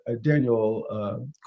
daniel